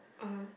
(uh huh)